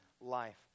life